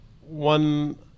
one